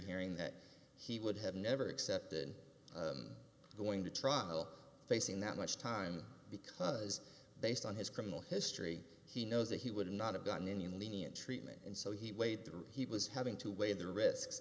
hearing that he would have never accepted going to trial facing that much time because based on his criminal history he knows that he would not have gotten any lenient treatment and so he weighed he was having to weigh the risks